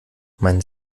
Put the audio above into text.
meinen